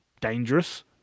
dangerous